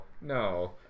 No